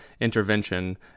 intervention